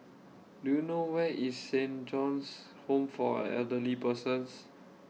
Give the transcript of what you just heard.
Do YOU know Where IS Saint John's Home For Elderly Persons